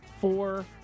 four